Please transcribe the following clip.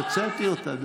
הוצאתי אותה.